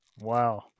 Wow